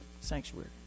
sanctuary